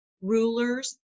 rulers